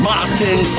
Martin